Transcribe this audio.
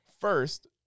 first